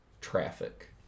traffic